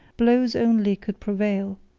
blows only could prevail.